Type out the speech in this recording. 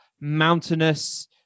Mountainous